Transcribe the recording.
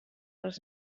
les